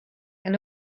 and